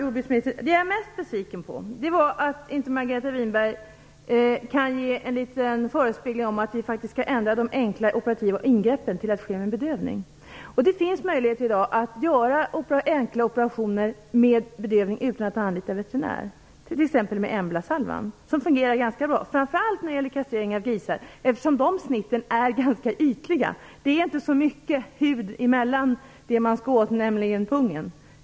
Fru talman! Det jag är mest besviken på är att inte Margareta Winberg kan ge en förespegling om att vi kan ändra de enkla operativa ingreppen till att ske med bedövning. Det finns i dag möjligheter att göra enkla operationer med bedövning utan att anlita veterinär. Vi har t.ex. Emblasalvan, som fungerar ganska bra, framför allt när det gäller kastrering av grisar, eftersom de snitten är ganska ytliga. Det finns inte så mycket hud i vägen till det man skall åt, nämligen pungen.